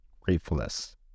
gratefulness